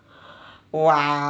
!wow!